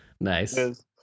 Nice